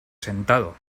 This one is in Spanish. sentado